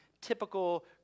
typical